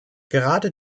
gerade